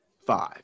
five